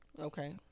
Okay